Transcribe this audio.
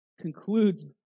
concludes